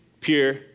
Pure